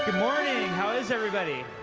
morning! how is everybody?